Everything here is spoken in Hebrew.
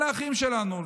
אלה אחים שלנו.